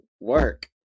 work